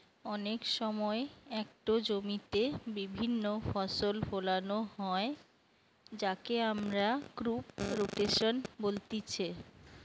অনেক সময় একটো জমিতে বিভিন্ন ফসল ফোলানো হয় যাকে আমরা ক্রপ রোটেশন বলতিছে